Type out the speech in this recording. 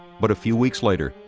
but a few weeks later,